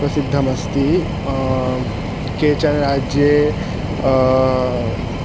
प्रसिद्धमस्ति केचन राज्ये